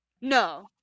No